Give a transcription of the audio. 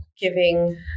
giving